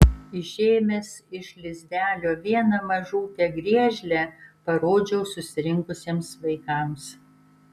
išėmęs iš lizdelio vieną mažutę griežlę parodžiau susirinkusiems vaikams